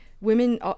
women